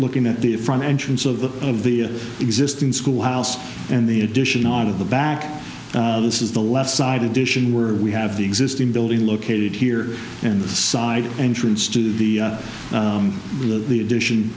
looking at the front entrance of the existing schoolhouse and the addition on of the back this is the left side addition where we have the existing building located here and the side entrance to the the addition